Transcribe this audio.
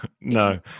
No